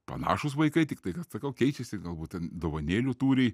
panašūs vaikai tiktai kad sakau keičiasi galbūt ten dovanėlių tūriai